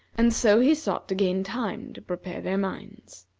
and so he sought to gain time to prepare their minds.